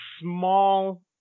small